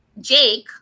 Jake